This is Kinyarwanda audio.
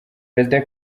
perezida